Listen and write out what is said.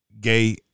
gay